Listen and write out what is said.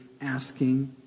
asking